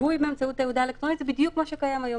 הזיהוי באמצעות תעודה אלקטרונית זה בדיוק מה שקיים היום.